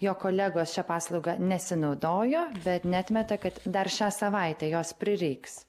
jo kolegos šia paslauga nesinaudojo bet neatmeta kad dar šią savaitę jos prireiks